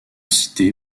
cité